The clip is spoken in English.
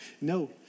No